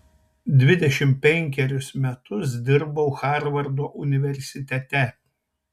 dvidešimt penkerius metus dirbau harvardo universitete